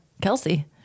Kelsey